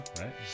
right